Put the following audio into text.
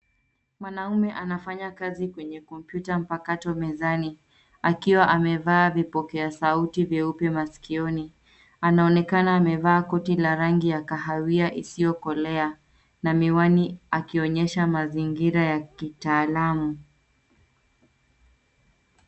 Mwanamme anafanya kazi kwenye kompyuta mpakato mezani akiwa amevaa vipokea sauti vyeupe maskioni anaonekana amevaa koti la rangi ya kahawia isiyo kolea na miwani akionyesha mazingira ya kitaalamu.